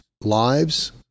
lives